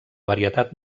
varietat